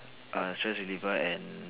a stress reliever and